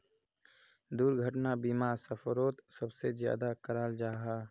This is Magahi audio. दुर्घटना बीमा सफ़रोत सबसे ज्यादा कराल जाहा